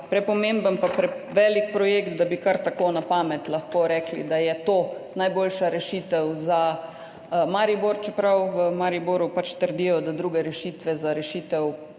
prepomemben pa prevelik projekt, da bi kar tako na pamet lahko rekli, da je to najboljša rešitev za Maribor, čeprav v Mariboru pač trdijo, da druge rešitve za rešitev